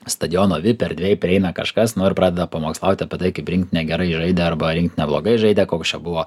stadiono vip erdvėj prieina kažkas nu ir pradeda pamokslauti apie tai kaip rinktinė gerai žaidė arba rinktinė blogai žaidė koks čia buvo